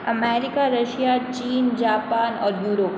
America Russia चीन Japan और Europe